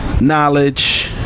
Knowledge